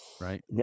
right